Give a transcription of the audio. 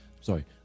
sorry